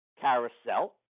carousel